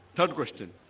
third question.